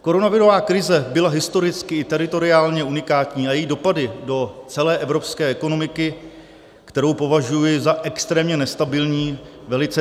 Koronavirová krize byla historicky i teritoriálně unikátní a její dopady do celé evropské ekonomiky, kterou považuji za extrémně nestabilní, velice citelné.